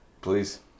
Please